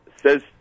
says